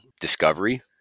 discovery